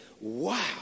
Wow